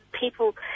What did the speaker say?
people